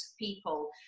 people